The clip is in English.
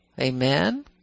Amen